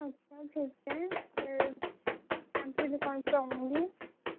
اچھا ٹھیک ہے پھر میں آپ کی دُکان پہ آؤں گی